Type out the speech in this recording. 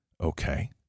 Okay